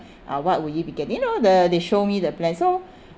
uh what would you be getting you know the they show me the plan so